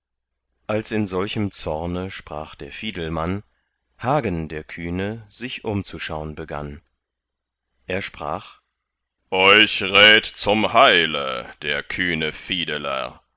als in solchem zorne sprach der fiedelmann hagen der kühne sich umzuschaun begann er sprach euch rät zum heile der kühne fiedeler